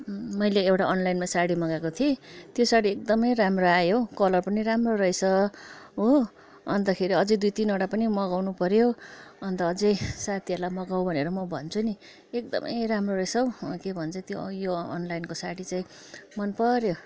मैले एउटा अनलाइनमा साडी मगाएको थिएँ त्यो साडी एकदमै राम्रो आयो कलर पनि राम्रो रहेछ हो अन्तखेरि अझै दुई तिनवटा पनि मगाउनु पऱ्यो अन्त अझै साथीहरूलाई मगाउ भनेर म भन्छु नि एकदमै राम्रो रहेछ हौ त्यो के भन्छ यो अनलाइनको साडी चाहिँ मनपऱ्यो